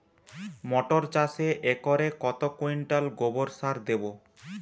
মটর চাষে একরে কত কুইন্টাল গোবরসার দেবো?